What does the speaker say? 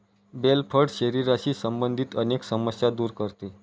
bell फळ शरीराशी संबंधित अनेक समस्या दूर करते